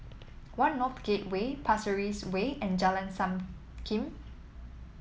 One North Gateway Pasir Ris Way and Jalan Sankam